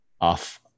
off